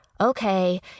okay